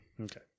Okay